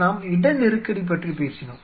நாம் இட நெருக்கடி பற்றி பேசினோம்